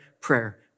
prayer